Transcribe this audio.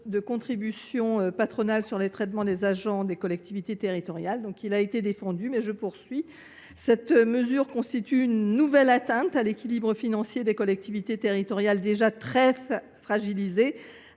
de contribution patronale sur les traitements des agents des collectivités territoriales. Cette mesure constitue une nouvelle atteinte à l’équilibre financier des collectivités territoriales, déjà très fragilisées,